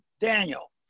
Daniel